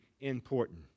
important